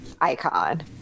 icon